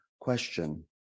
question